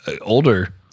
older